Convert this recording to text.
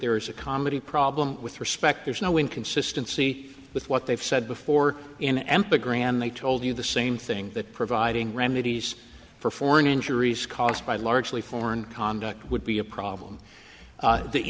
there is a comedy problem with respect there's no inconsistency with what they've said before an empty grand they told you the same thing that providing remedies for foreign injuries caused by largely foreign conduct would be a problem